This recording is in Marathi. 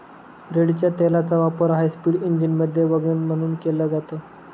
रेडच्या तेलाचा वापर हायस्पीड इंजिनमध्ये वंगण म्हणून केला जातो